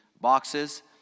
boxes